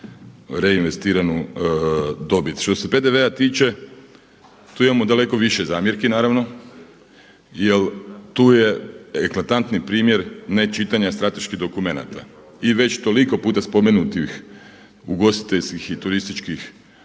reinvestiranu dobit. Što se PDV-a tiče tu imamo daleko više zamjerki naravno jer tu je eklatantni primjer nečitanja strateških dokumenata. I već toliko puta spomenutih ugostiteljskih i turističkih